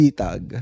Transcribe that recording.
tag